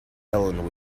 helen